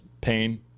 pain